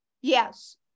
Yes